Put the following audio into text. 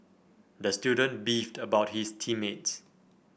the student beefed about his team mates